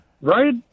Right